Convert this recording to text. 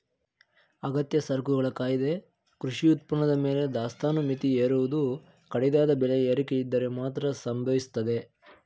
ಅಗತ್ಯ ಸರಕುಗಳ ಕಾಯ್ದೆ ಕೃಷಿ ಉತ್ಪನ್ನದ ಮೇಲೆ ದಾಸ್ತಾನು ಮಿತಿ ಹೇರುವುದು ಕಡಿದಾದ ಬೆಲೆ ಏರಿಕೆಯಿದ್ದರೆ ಮಾತ್ರ ಸಂಭವಿಸ್ತದೆ